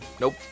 Nope